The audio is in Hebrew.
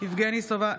יבגני סובה,